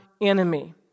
enemy